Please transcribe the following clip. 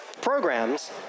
programs